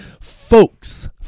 Folks